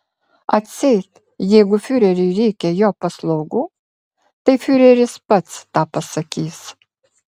atseit jeigu fiureriui reikia jo paslaugų tai fiureris pats tą pasakys